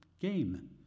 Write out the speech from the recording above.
game